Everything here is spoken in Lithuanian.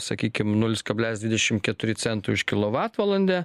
sakykime nulis kablelis dvidešim keturi centai už kilovatvalandę